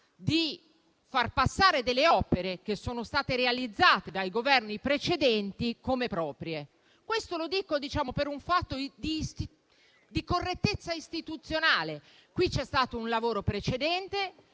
come proprie delle opere che sono state realizzate dai Governi precedenti. Questo lo dico per un fatto di correttezza istituzionale. Qui c'è stato un lavoro precedente